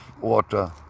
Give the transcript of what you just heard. water